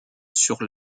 sur